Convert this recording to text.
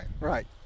Right